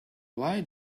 why